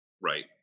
right